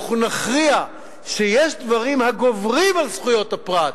אנחנו נכריע שיש דברים הגוברים על זכויות הפרט,